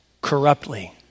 corruptly